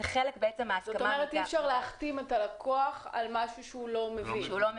זאת אומרת שאי אפשר להחתים את הלקוח על משהו שהוא לא מבין,